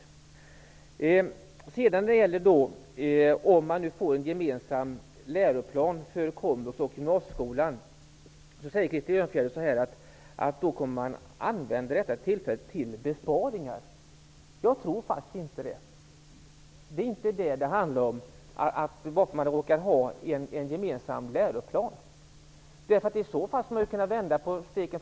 Krister Örnfjäder säger att man, om det nu blir en gemensam läroplan för komvux och gymnasieskolan, kommer att använda det tillfället till att göra besparingar. Jag tror faktiskt inte det. Bara för att det råkar finnas en gemensam läroplan innebär det inte att det skulle bli så. Man skulle kunna vända på steken.